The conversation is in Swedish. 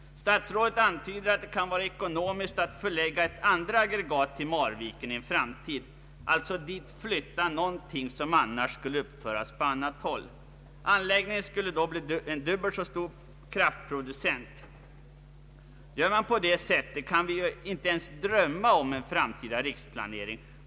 Statsrådet antyder att det kan vara ekonomiskt att förlägga ett andra aggregat till Marviken i framtiden — alltså flytta dit något som annars skulle uppföras på annat håll. Anläggningen skulle då bli en dubbelt så stor kraftproducent. Gör man på det sättet kan vi inte ens drömma om en framtida riksplanering.